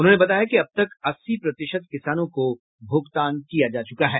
उन्होंने बताया कि अब तक अस्सी प्रतिशत किसानों को भुगतान किया जा चुका है